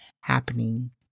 happening